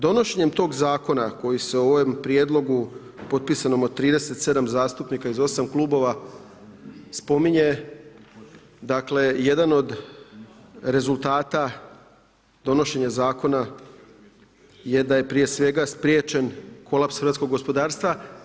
Donošenjem tog Zakona koji se u ovom prijedlogu potpisanom od 37 zastupnika iz 8 klubova spominje, dakle, jedan od rezultata donošenja Zakona je da je prije svega spriječen kolaps hrvatskog gospodarstva.